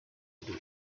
muri